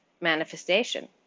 manifestation